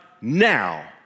now